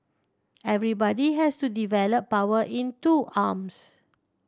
everybody has to develop power in two arms